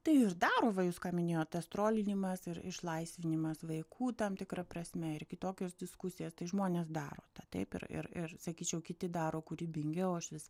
tai ir daro va jūs ką minėjot tas trolinimas ir išlaisvinimas vaikų tam tikra prasme ir kitokios diskusijas tai žmonės daro tą taip ir ir ir sakyčiau kiti daro kūrybingiau aš vis